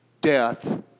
death